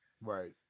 Right